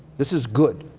this is good.